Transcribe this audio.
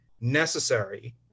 Necessary